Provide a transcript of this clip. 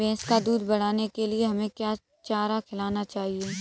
भैंस का दूध बढ़ाने के लिए हमें क्या चारा खिलाना चाहिए?